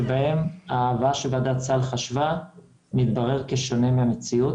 יש מקרים שבהם מה שוועדת הסל חשבה מתברר כשונה מהמציאות.